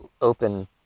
open